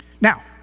Now